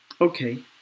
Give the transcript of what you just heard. Okay